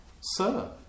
Sir